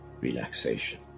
relaxation